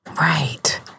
Right